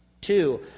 Two